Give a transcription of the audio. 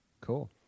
Cool